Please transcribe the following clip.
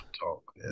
talk